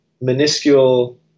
minuscule